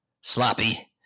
Sloppy